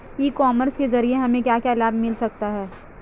ई commerce के ज़रिए हमें क्या क्या लाभ मिल सकता है?